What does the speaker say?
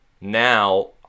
now